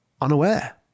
unaware